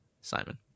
Simon